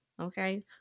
okay